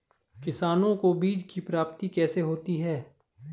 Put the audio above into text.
किसानों को बीज की प्राप्ति कैसे होती है?